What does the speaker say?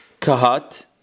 Kahat